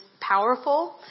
powerful